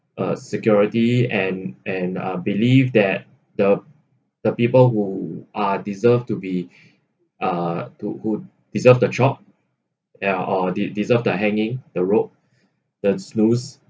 a security and and uh believe that the the people who are deserve to be uh to who deserve the job ya or de~ deserve the hanging the rope the snooze